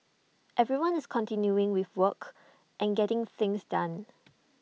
everyone's continuing with work and getting things done